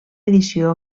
edició